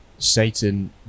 satan